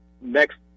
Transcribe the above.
next